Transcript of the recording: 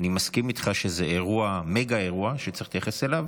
אני מסכים איתך שזה מגה-אירוע שצריך להתייחס אליו,